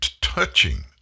touching